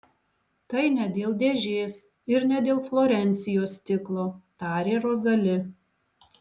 tai ne dėl dėžės ir ne dėl florencijos stiklo tarė rozali